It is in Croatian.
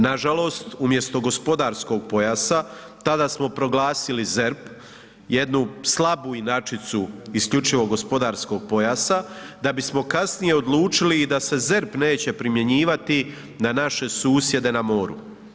Nažalost, umjesto gospodarskog pojasa tada smo proglasili ZERP jednu slabu inačicu isključivo gospodarskog pojasa, da bismo kasnije odlučili i da se ZERP neće primjenjivati na naše susjede na moru.